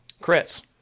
Chris